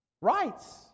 rights